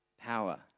power